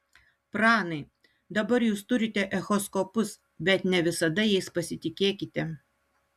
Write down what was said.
pranai dabar jūs turite echoskopus bet ne visada jais pasitikėkite